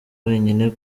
wenyine